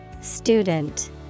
Student